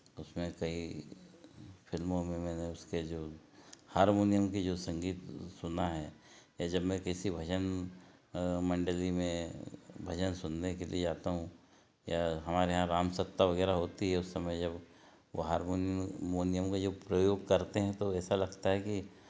उसमें कईं फ़िल्मों में मैंने उसके जो हारमोनियम के जो संगीत सुना है या जब मैं किसी भजन मंडली में भजन सुनने के लिए जाता हूँ या हमारे यहाँ राम सत्ता वगैरह होती है उस समय जब वो हारमोनियम का जो प्रयोग करते हैं तो ऐसा लगता है कि